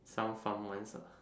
some farm once ah